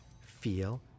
feel